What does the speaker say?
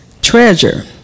Treasure